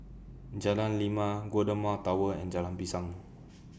Jalan Lima Golden Mile Tower and Jalan Pisang